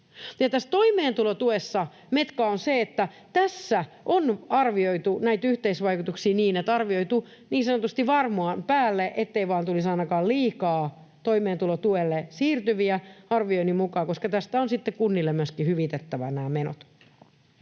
Tässä toimeentulotuessa metkaa on se, että tässä on arvioitu näitä yhteisvaikutuksia niin, että on arvioitu niin sanotusti varman päälle, ettei vain tulisi ainakaan liikaa toimeentulotuelle siirtyviä, arvioni mukaan, koska tästä on sitten kunnille myöskin hyvitettävä nämä menot.